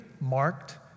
marked